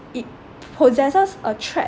it possesses a threat